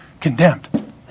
condemned